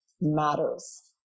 matters